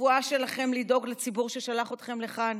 לשבועה שלכם לדאוג לציבור ששלח אתכם לכאן?